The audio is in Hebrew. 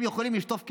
הם יכולים לשטוף כלים?